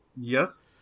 Yes